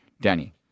Danny